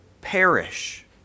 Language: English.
perish